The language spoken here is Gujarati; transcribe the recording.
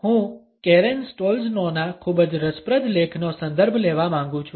હું કેરેન સ્ટોલ્ઝનોના ખૂબ જ રસપ્રદ લેખનો સંદર્ભ લેવા માંગુ છું